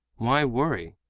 why worry?